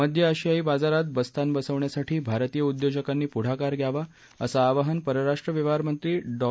मध्य आशियाई बाजारात बस्तान बसवण्यासाठी भारतीय उद्योजकांनी पुढाकार घ्यावा असं आवाहन परराष्ट्र व्यवहारमंत्री डॉ